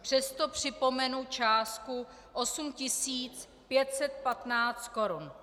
Přesto připomenu částku 8 515 korun.